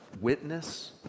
witness